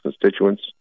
constituents